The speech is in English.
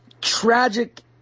tragic